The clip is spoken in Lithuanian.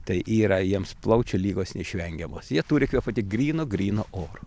tai yra jiems plaučių ligos neišvengiamos jie turi kvėpuoti grynu grynu oru